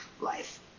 life